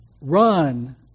Run